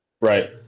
Right